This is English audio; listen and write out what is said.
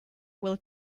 will